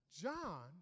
John